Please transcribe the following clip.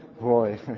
Boy